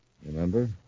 Remember